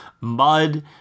Mud